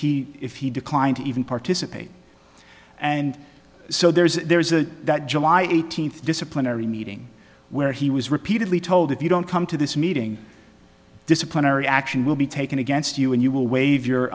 he if he declined to even participate and so there's there's the july eighteenth disciplinary meeting where he was repeatedly told if you don't come to this meeting disciplinary action will be taken against you and you will waive your